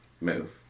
move